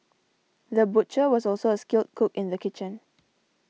the butcher was also a skilled cook in the kitchen